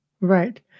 Right